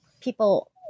people